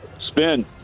Spin